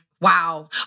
Wow